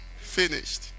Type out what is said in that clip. finished